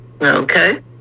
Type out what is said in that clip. okay